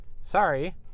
Sorry